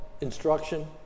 instruction